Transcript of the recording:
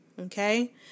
Okay